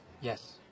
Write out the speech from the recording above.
Yes